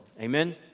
Amen